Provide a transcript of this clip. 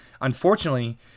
Unfortunately